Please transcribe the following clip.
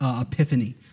epiphany